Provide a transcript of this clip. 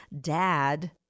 dad